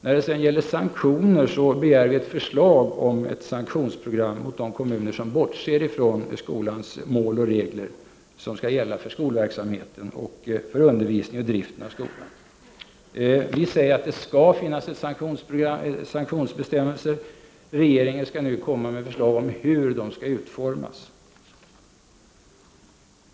När det gäller sanktioner begär vi ett förslag om ett program för sanktioner mot de kommuner som bortser från de mål och regler som skall gälla för skolverksamheten, för undervisningen och driften av skolan. Vi säger alltså att det skall finnas sanktionsbestämmelser. Regeringen skall nu komma med förslag om hur de skall utformas.